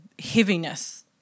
heaviness